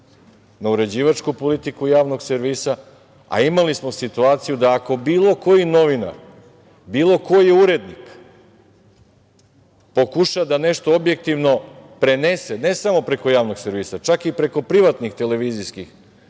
na uređivačku politiku javnog servisa, a imali smo situaciju da ako bilo koji novinar, bilo koji urednik pokuša da nešto objektivno prenese ne samo preko javnog servisa, čak i preko privatnih televizijskih